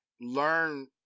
learn